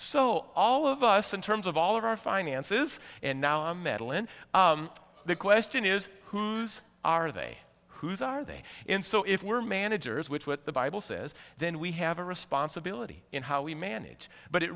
so all of us in terms of all of our finances and now a medal in the question is who's are they who's are they in so if we're managers which what the bible says then we have a responsibility in how we manage but it